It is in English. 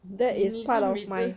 你是